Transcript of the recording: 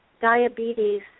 diabetes